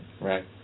Right